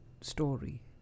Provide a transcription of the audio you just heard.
story